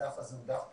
הדף הזה הוא דף פתוח.